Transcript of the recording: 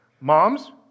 Moms